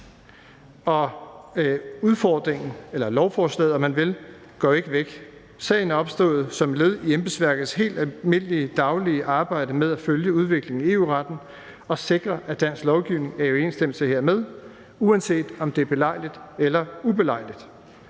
man vil, går jo ikke væk. Sagen er opstået som et led i embedsværkets helt almindelige daglige arbejde med at følge udviklingen i EU-retten og sikre, at dansk lovgivning er i overensstemmelse hermed, uanset om det er belejligt eller ubelejligt,